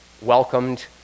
welcomed